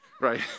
right